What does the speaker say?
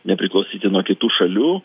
nepriklausyti nuo kitų šalių